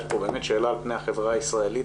יש פה באמת שאלה על פני החברה הישראלית,